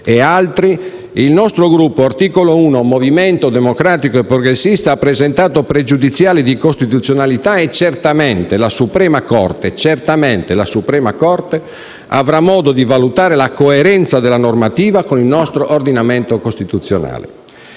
punti il nostro Gruppo Articolo 1 - Movimento democratico e progressista ha presentato pregiudiziali di costituzionalità e certamente la Corte costituzionale avrà modo di valutare la coerenza della normativa con il nostro ordinamento costituzionale.